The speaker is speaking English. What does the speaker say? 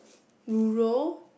rural